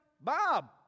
Bob